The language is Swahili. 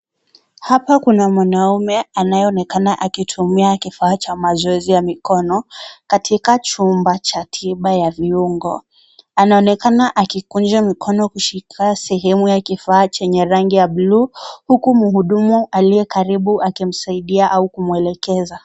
Hapa kuna mwanaume anayeonekana akitumia kifaa cha mazoezi ya mikono. Katika chumba cha tiba ya viungo anaonekana akikunja mikono kushika sehemu ya kifaa chenye rangi ya buluu, huku mhudumu aliye karibu, akimsaidia au kumwelekeza.